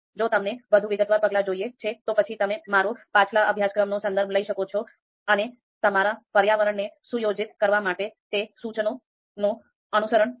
જો તમને વધુ વિગતવાર પગલા જોઈએ છે તો પછી તમે મારો પાછલા અભ્યાસક્રમનો સંદર્ભ લઈ શકો છો અને તમારા પર્યાવરણને સુયોજિત કરવા માટે તે સૂચનો નો અનુસરણ કરો